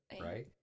right